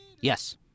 Yes